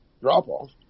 drop-off